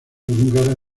húngara